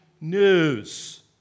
news